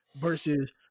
versus